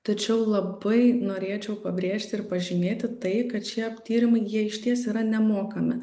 tačiau labai norėčiau pabrėžti ir pažymėti tai kad šie tyrimai jie išties yra nemokami